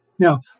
Now